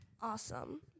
awesome